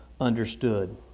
understood